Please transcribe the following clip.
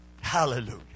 Hallelujah